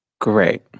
Great